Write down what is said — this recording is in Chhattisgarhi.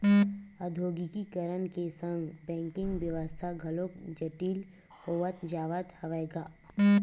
औद्योगीकरन के संग बेंकिग बेवस्था घलोक जटिल होवत जावत हवय गा